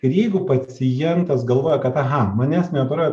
ir jeigu pacientas galvoja kad aha manęs neoperuoja